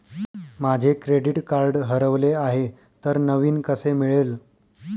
माझे credit card हरवले आहे तर नवीन कसे मिळेल?